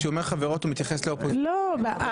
כשהוא אומר חברות הוא מתייחס לאופוזיציה --- אנחנו